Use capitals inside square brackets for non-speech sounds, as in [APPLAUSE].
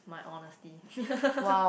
my honesty [LAUGHS]